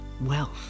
wealth